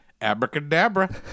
abracadabra